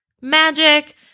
magic